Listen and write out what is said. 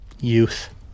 Youth